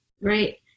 right